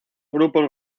grupos